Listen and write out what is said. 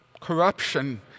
corruption